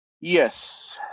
Yes